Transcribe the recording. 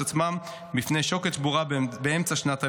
עצמם בפני שוקת שבורה באמצע שנת הלימודים.